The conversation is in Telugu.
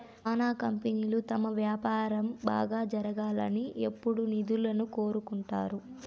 శ్యానా కంపెనీలు తమ వ్యాపారం బాగా జరగాలని ఎప్పుడూ నిధులను కోరుకుంటారు